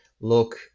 Look